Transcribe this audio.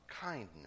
kindness